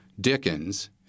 Dickens –